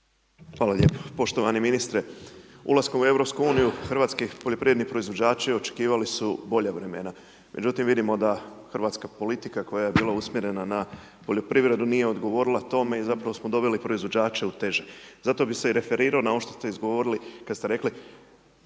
Hvala lijepo, poštovani ministre. Ulaskom u Europsku uniju, hrvatski poljoprivredni proizvođači očekivali su bolja vremena, međutim vidimo da hrvatska politika koja je bila usmjerena na poljoprivredu, nije odgovorila tome i zapravo smo dobili proizvođače .../Govornik se ne razumije./..., zato bi se i referirao na ovo što ste izgovorili kad ste rekli